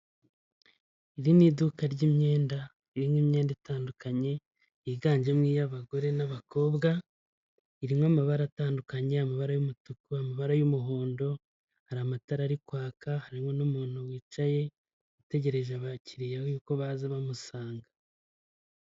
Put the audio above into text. Iri ni iduka ry'imyenda, ririmo imyenda itandukanye yiganjemo iy'abagore n'abakobwa, irimo amabara atandukanye; amabara y'umutuku, amabara y'umuhondo, hari amatara ari kwaka, harimo n'umuntu wicaye, utegereje abakiriya yuko baza bamusanga.